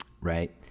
right